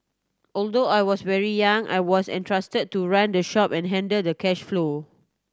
although I was very young I was entrusted to run the shop and handle the cash flow